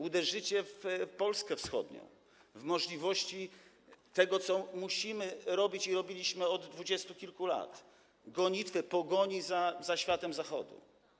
Uderzycie w Polskę Wschodnią, w możliwości tego, co musimy robić i co robiliśmy od dwudziestu kilku lat - gonitwy, pogoni za światem Zachodu.